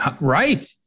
Right